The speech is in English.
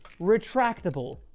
retractable